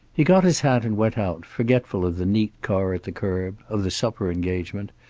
he got his hat and went out, forgetful of the neat car at the curb, of the supper engagement,